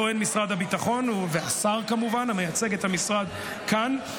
טוען משרד הביטחון והשר המייצג את המשרד כאן,